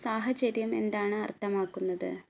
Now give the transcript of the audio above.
സാഹചര്യം എന്താണ് അർത്ഥമാക്കുന്നത്